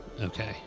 Okay